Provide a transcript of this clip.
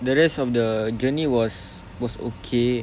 the rest of the journey was was okay